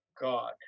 God